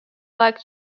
black